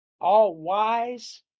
all-wise